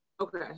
Okay